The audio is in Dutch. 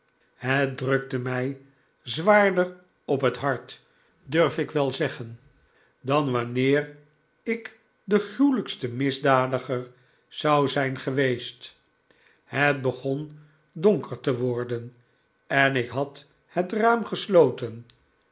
het drukte mij zwaarder op het hart durf ik wel zeggen dan wanneer ik de gruwelijkste misdadiger zou zijn gegeweest het begon donker te worden en ik had het raam gesloten